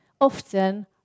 often